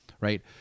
right